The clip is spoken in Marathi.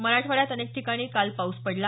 मराठवाड्यात अनेक ठिकाणी काल पाऊस पडला